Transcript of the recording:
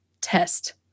test